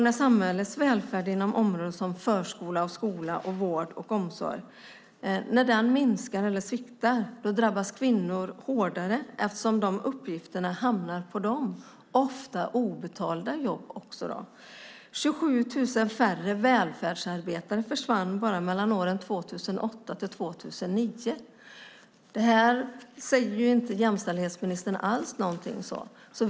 När samhällets välfärd inom områden som förskola, skola, vård och omsorg minskar eller sviktar drabbas kvinnor hårdare eftersom dessa uppgifter hamnar på dem. Det är ofta också obetalda jobb. Bara mellan åren 2008 och 2009 försvann 27 000 välfärdsarbetare. Detta säger jämställdhetsministern inget alls om.